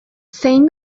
zein